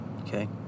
Okay